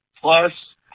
Plus